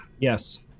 Yes